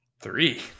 Three